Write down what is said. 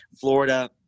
Florida